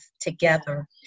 together